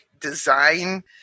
design